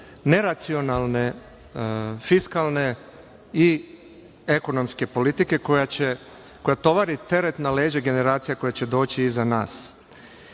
neracionalne fiskalne i ekonomske politike koja tovari teret na leđa generacija koje će doći iza